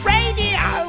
Radio